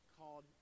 called